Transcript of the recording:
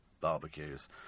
barbecues